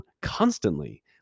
constantly